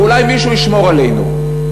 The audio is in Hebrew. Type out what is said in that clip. ואולי מישהו ישמור עלינו.